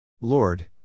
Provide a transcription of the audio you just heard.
Lord